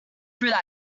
through